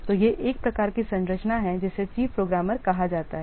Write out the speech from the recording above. तो यह एक प्रकार की संरचना है जिसे चीफ प्रोग्रामर कहा जाता है